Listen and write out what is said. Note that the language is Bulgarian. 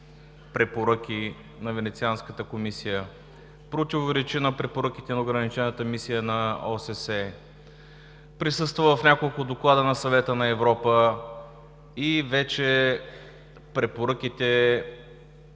препоръки на Венецианската комисия; противоречи на препоръките на Ограничената мисия на ОССЕ; присъства в няколко доклада на Съвета на Европа и вече препоръките,